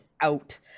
out